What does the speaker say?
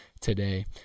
today